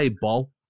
Ball